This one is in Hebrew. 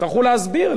יצטרכו להסביר,